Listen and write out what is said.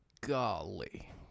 Golly